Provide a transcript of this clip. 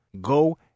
Go